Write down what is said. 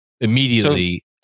immediately